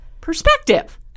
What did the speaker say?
perspective